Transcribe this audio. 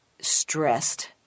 stressed